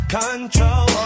control